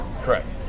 Correct